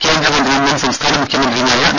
കേന്ദ്രമന്ത്രിയും മുൻ സംസ്ഥാന മുഖ്യമന്ത്രിയുമായ ഡോ